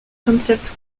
concept